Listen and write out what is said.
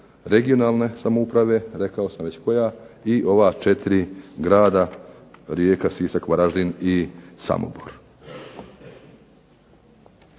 regionalne samouprave rekao sam već koja i ova četiri grada Rijeka, Sisak, Varaždin i Samobor.